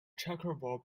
checkerboard